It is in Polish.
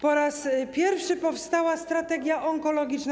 Po raz pierwszy powstała strategia onkologiczna.